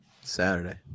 Saturday